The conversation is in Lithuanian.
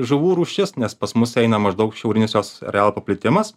žuvų rūšis nes pas mus eina maždaug šiaurinis jos arealo paplitimas